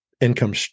income